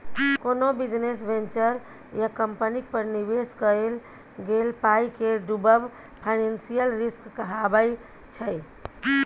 कोनो business venture या कंपनीक पर निबेश कएल गेल पाइ केर डुबब फाइनेंशियल रिस्क कहाबै छै